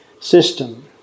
system